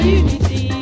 unity